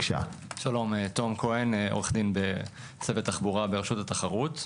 שלום, אני עו"ד בצוות תחבורה ברשות התחרות.